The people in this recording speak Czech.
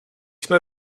jsme